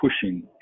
pushing